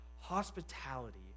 Hospitality